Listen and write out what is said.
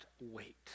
wait